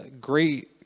great